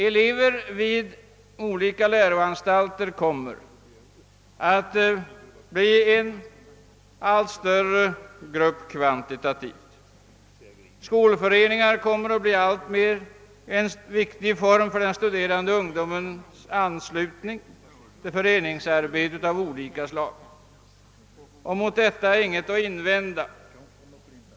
Eleverna vid olika läroanstalter kommer att bli en allt större grupp kvantitativt. Skolföreningar kommer att bli en alltmer viktig form för den studerande ungdomens anslutning till föreningsarbete av olika slag. Mot detta har jag ingenting att invända.